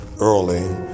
early